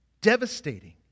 Devastating